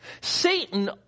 Satan